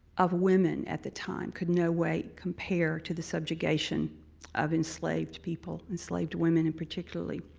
of women at the time could no way compare to the subjugation of enslaved people, enslaved women in particularly.